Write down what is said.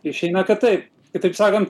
išeina kad taip kitaip sakant